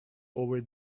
over